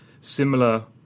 similar